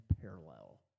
Parallel